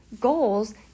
goals